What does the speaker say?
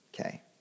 okay